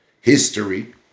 history